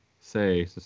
say